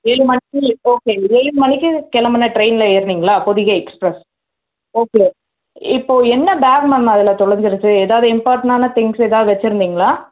ஏழு மணிக்கு ஓகே ஏழு மணிக்கு கிளம்புன ட்ரெயினில் ஏறினீங்களா பொதிகை எக்ஸ்ப்ரஸ் ஓகே இப்போ என்ன பேக் மேம் அதில் தொலைஞ்சிருச்சி ஏதாவது இம்பார்ட்டண்ட்டான திங்க்ஸ்ஸு ஏதாவது வச்சுருந்திங்களா